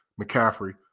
McCaffrey